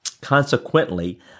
consequently